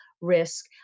risk